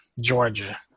Georgia